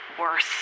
worse